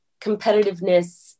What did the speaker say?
competitiveness